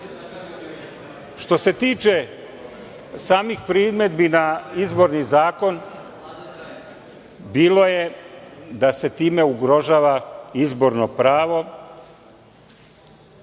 se tiče samih primedbi na izborni zakon, bilo je da se time ugrožava izborno pravo